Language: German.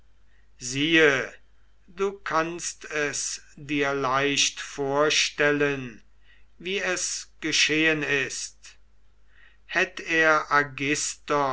siehe du kannst es dir leicht vorstellen wie es geschehn ist hätt er